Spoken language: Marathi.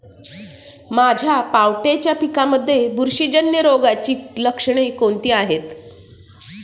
माझ्या पावट्याच्या पिकांमध्ये बुरशीजन्य रोगाची लक्षणे कोणती आहेत?